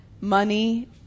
money